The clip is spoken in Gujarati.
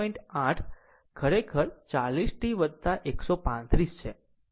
8 ખરેખર 40 t 135 o છે